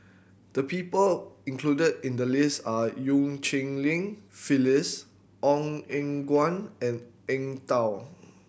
the people included in the list are Eu Cheng Li Phyllis Ong Eng Guan and Eng Tow